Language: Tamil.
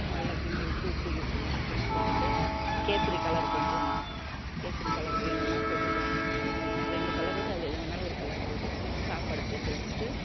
நல்லா கிண்டி விட்டுட்டு உப்பு கிப்பெல்லாம் நல்லா திட்டமாக போட்டுவிட்டு கேசரி கலர் கொஞ்சமாக கேசரி கலர் வேணுன்னால் போட்டுக்கலாம் ஏனோ ரெண்டு கலரு இருக்குது அதில் எது வேணாலும் ஒரு கலரு போட்டுக்கிட்டு சாப்பாடு போட்டு வச்சுட்டு